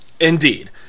Indeed